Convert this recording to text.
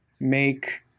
Make